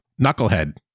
Knucklehead